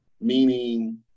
meaning